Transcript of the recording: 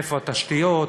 איפה התשתיות?